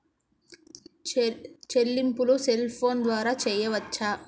చెల్లింపులు cell phone ద్వారా చేయవచ్చా?